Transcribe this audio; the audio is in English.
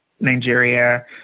Nigeria